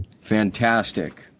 Fantastic